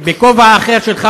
בכובע אחר שלך.